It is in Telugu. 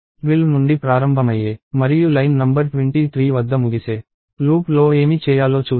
12 నుండి ప్రారంభమయ్యే మరియు లైన్ నంబర్ 23 వద్ద ముగిసే లూప్ లో ఏమి చేయాలో చూద్దాం